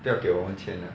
不要给我们钱 lah